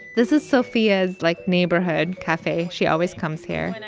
this is sophia's, like, neighborhood cafe. she always comes here. and